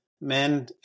men